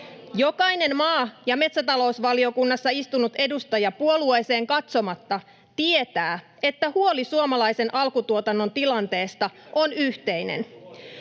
Jokainen maa- ja metsätalousvaliokunnassa istunut edustaja puolueeseen katsomatta tietää, että huoli suomalaisen alkutuotannon tilanteesta on yhteinen.